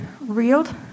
reeled